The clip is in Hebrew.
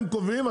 הם קובעים?